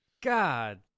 God